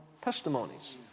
testimonies